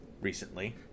recently